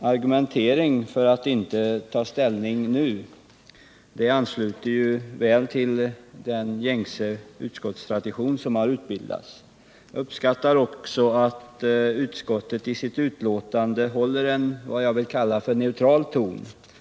argumentering för att inte ta ställning nu. Detta ansluter ju väl till den utskottstradition som har bildats. Jag uppskattar att utskottet i sitt betänkande håller en vad jag vill kalla neutral ton.